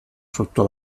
sotto